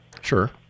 Sure